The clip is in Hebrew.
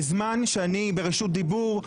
בזמן שאני ברשות דיבור,